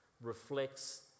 reflects